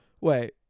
wait